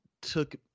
took